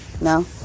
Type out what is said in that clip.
No